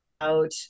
out